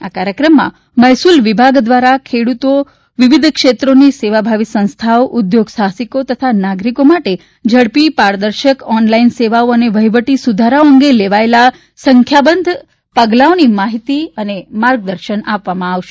આ કાર્યક્રમમાં મહેસૂલ વિભાગ દ્વારા ખેડૂતો વિવિધ ક્ષેત્રોની સેવાભાવી સંસ્થાઓ ઉદ્યોગ સાહ્સિકો તથા નાગરિકો માટે ઝડપી પારદર્શક ઓન લાઇન સેવાઓ અને વહીવટી સુધારાઓ અંગે લેવાયેલ સંખ્યાબંધ પગલાંઓની માહિતી અને માર્ગદર્શન આપવામાં આવશે